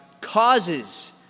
causes